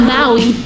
Maui